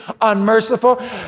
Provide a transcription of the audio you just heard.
unmerciful